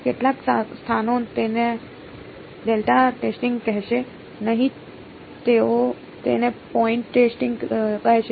કેટલાક સ્થાનો તેને ડેલ્ટા ટેસ્ટિંગ કહેશે નહીં તેઓ તેને પોઈન્ટ ટેસ્ટિંગ કહેશે